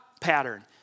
pattern